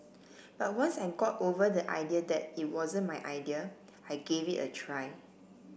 but once I got over the idea that it wasn't my idea I gave it a try